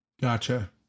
Gotcha